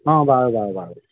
অঁ বাৰু বাৰু বাৰু